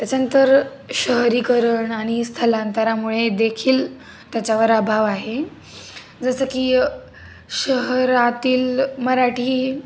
त्याच्यानंतर शहरीकरण आणि स्थलांतरामुळे देखील त्याच्यावर अभाव आहे जसं की शहरातील मराठी